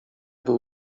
był